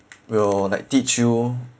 will like teach you